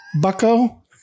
bucko